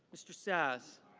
mr. sasse.